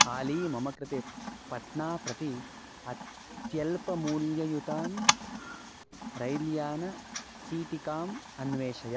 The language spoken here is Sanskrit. आली मम कृते पट्नाप्रति अत्यल्पमूल्ययुतां रैल्यानचीटिकाम् अन्वेषय